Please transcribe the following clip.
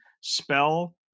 spell